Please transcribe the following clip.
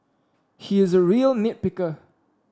he is a real nit picker